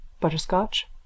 butterscotch